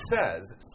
says